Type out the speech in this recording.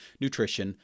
Nutrition